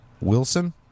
Wilson